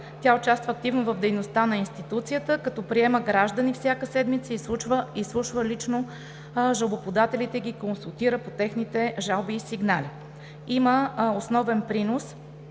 Тя участва активно в дейността на институцията, като приема граждани всяка седмица, изслушва лично жалбоподателите и ги консултира по техните жалби и сигнали. Има основен принос